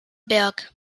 berg